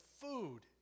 food